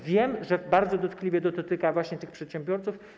Wiem, że bardzo dotkliwie dotyka to właśnie tych przedsiębiorców.